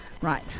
Right